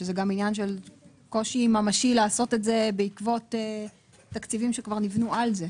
שזה גם עניין של קושי ממשי לעשות את זה בעקבות תקציבים שכבר נבנו על זה.